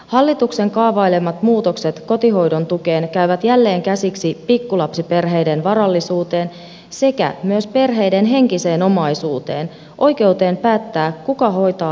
hallituksen kaavailemat muutokset kotihoidon tukeen käyvät jälleen käsiksi pikkulapsiperheiden varallisuuteen sekä myös perheiden henkiseen omaisuuteen oikeuteen päättää kuka hoitaa lasta kotona